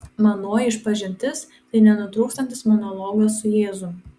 manoji išpažintis tai nenutrūkstantis monologas su jėzum